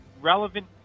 relevant –